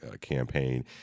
campaign